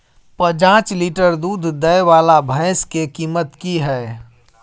प जॉंच लीटर दूध दैय वाला भैंस के कीमत की हय?